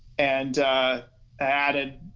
and added,